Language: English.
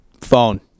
Phone